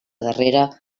darrera